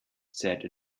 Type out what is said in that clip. said